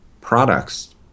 products